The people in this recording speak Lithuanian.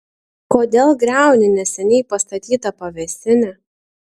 kodėl griauni neseniai pastatytą pavėsinę